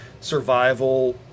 survival